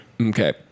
Okay